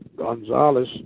Gonzalez